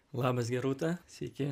labas gerūta sveiki